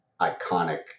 iconic